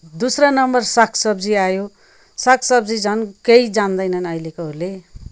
दुसरा नम्बर सागसब्जी आयो सागसब्जी झन् केही जान्दैनन् अहिलेकोहरूले